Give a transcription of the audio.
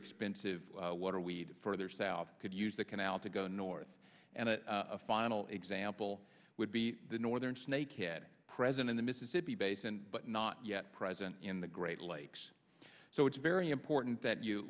expensive water we need further south could use the canal to go north and a final example would be the northern snakehead present in the mississippi basin but not yet present in the great lakes so it's very important that you